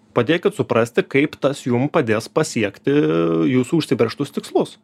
padėkit suprasti kaip tas jum padės pasiekti jūsų užsibrėžtus tikslus